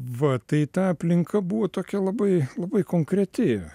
va tai ta aplinka buvo tokia labai labai konkreti